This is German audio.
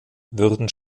würden